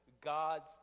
God's